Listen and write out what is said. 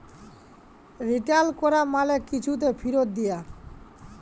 return ক্যরা মালে কিছুকে ফিরত দিয়া